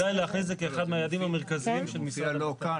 כדאי להכניס את זה כאחד מהיעדים המרכזיים של משרד הבט"פ.